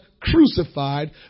crucified